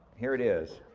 here it is.